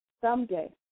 Someday